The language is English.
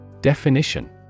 Definition